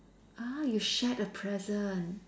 ah you shared a present